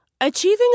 Achieving